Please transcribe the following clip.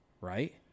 right